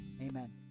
Amen